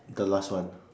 the last one